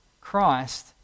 Christ